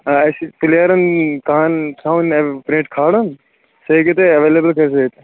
اَسہِ پٕلیرن کہن تھاوان پرینٹ کھالان سُہ ہیٚکوٕ تُہۍ ایویلیبٕل کٔرِتھ أتھۍ